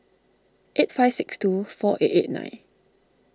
eight five six two four eight eight nine